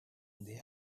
their